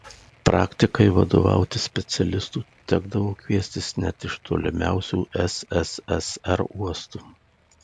praktikai vadovauti specialistų tekdavo kviestis net iš tolimiausių sssr uostų